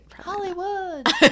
Hollywood